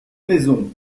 maisons